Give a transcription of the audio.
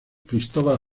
cristóbal